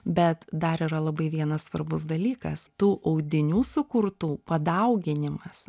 bet dar yra labai vienas svarbus dalykas tų audinių sukurtų padauginimas